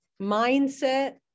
mindset